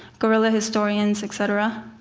guerrilla historians, etc.